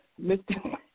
Mr